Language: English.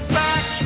back